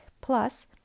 Plus